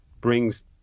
brings